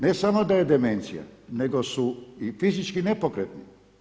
Ne samo da je demencija, nego su i fizički nepokretni.